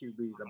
QBs